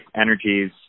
energies